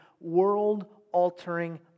world-altering